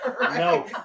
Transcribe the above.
No